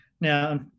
Now